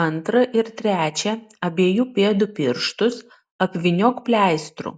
antrą ir trečią abiejų pėdų pirštus apvyniok pleistru